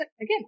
again